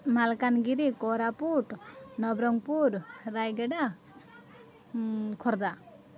Malkangiri Koraput Nabarangpur Rayagada Khordha